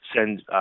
send